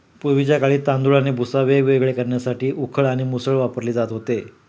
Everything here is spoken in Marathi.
पूर्वीच्या काळी तांदूळ आणि भुसा वेगवेगळे करण्यासाठी उखळ आणि मुसळ वापरले जात होते